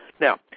Now